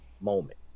moment